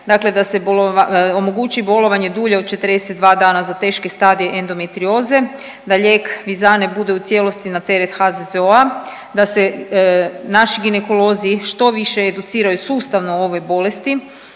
Dakle da se omogući bolovanje dulje od 42 dana za teške stadije endometrioze, da lijek Visanne bude u cijelosti na teret HZZO-a, da se naši ginekolozi što više educiraju sustavno o ovoj bolesti,